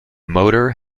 motor